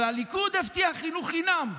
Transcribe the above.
אבל הליכוד הבטיח חינוך חינם,